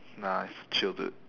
nah it's chill dude